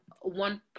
one